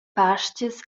pastgas